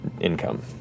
income